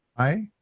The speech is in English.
aye.